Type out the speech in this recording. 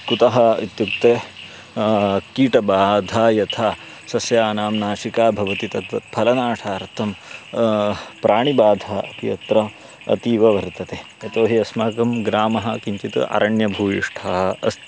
कुतः इत्युक्ते कीटबाधा यथा सस्यानां नाशिका भवति तद्वत् फलनाशार्थं प्राणिबाधा अपि अत्र अतीव वर्तते यतोहि अस्माकं ग्रामः किञ्चित् अरण्यभूविष्ठः अस्ति